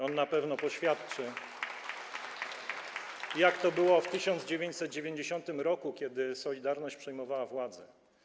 On na pewno poświadczy, jak to było w 1990 r., kiedy „Solidarność” przejmowała władzę.